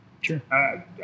Sure